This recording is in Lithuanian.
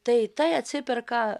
tai tai atsiperka